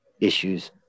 issues